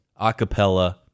acapella